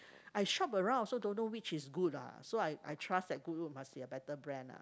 I shop around also don't know which is good ah so I I trust that Goodwood must be a better brand lah